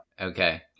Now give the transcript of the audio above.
Okay